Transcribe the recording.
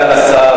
סגן השר,